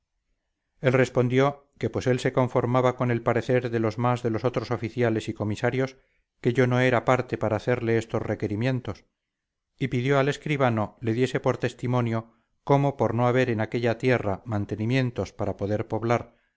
él respondió que pues él se conformaba con el parecer de los más de los otros oficiales y comisario que yo no era parte para hacerle estos requerimientos y pidió al escribano le diese por testimonio cómo por no haber en aquella tierra mantenimientos para poder poblar